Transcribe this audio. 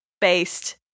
based